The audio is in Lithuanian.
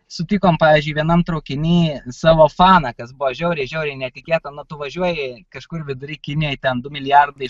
sutikom pavyzdžiui vienam traukiny savo faną kas buvo žiauriai žiauriai netikėta na tu važiuoji kažkur vidury kinijoj ten du milijardai